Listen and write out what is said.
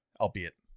albeit